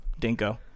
dinko